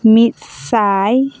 ᱢᱤᱫ ᱥᱟᱭ